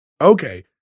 Okay